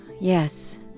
Yes